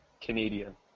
Canadian